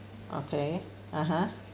okay (uh huh)